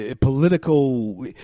political